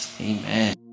Amen